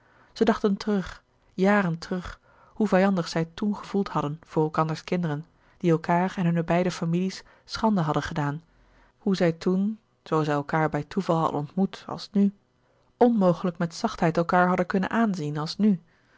zij dachten terug jaren terug hoe vijandig zij toèn gevoeld hadden voor elkanders kinderen die elkaâr en hunne beide families schande hadden gedaan hoe zij toen zoo zij elkaâr bij toeval hadden ontmoet als nu onmogelijk met zachtheid elkaâr hadden kunnen aanzien als nu